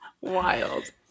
Wild